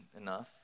enough